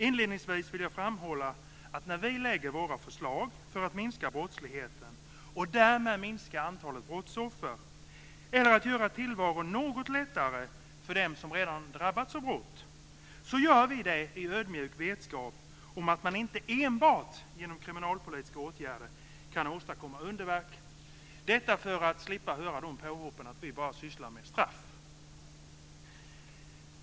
Inledningsvis vill jag framhålla att när vi lägger fram våra förslag för att minska brottsligheten och därmed minska antalet brottsoffer eller göra tillvaron något lättare för dem som redan drabbats av brott gör vi det i ödmjuk vetskap om att man inte enbart genom kriminalpolitiska åtgärder kan åstadkomma underverk. Detta sagt för att slippa höra påhoppen att vi bara sysslar med straff.